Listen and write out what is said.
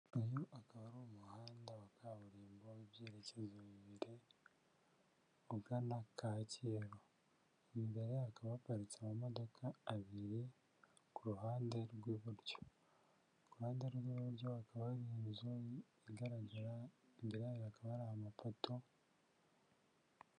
Uyu akaba ari umuhanda wa kaburimbo w'ibyerekezo bibiri ugana Kacyiru, imbere hakaba haparitse ama modoka abiri ku ruhande rw'iburyo, iruhande rw'iburyo hakaba hari inzu igaragara, imbere hakaba hari amapoto.